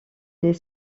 des